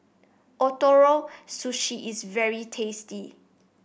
Ootoro Sushi is very tasty